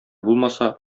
булмаса